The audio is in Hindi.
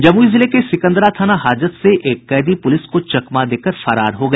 जमुई जिले के सिकंदरा थाना हाजत से एक कैदी पुलिस को चकमा देकर फरार हो गया